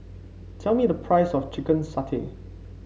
tell me the price of Chicken Satay